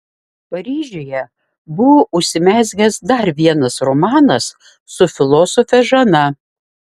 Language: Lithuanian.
paryžiuje buvo užsimezgęs dar vienas romanas su filosofe žana